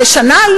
לשנה?